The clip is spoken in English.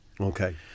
Okay